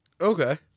Okay